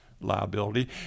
liability